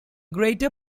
greater